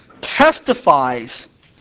testifies